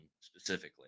specifically